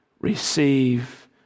receive